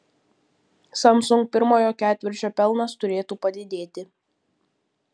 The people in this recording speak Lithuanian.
samsung pirmojo ketvirčio pelnas turėtų padidėti